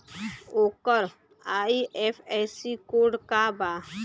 ओकर IFSC code का बा?